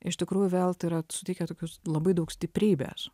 iš tikrųjų vėl tai yra suteikia tokius labai daug stiprybės